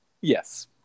yes